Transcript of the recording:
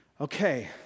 Okay